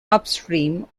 upstream